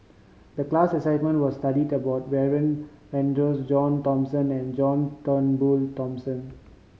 the class assignment was studied about Warren Fernandez John Thomson and John Turnbull Thomson